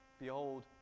behold